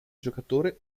giocatore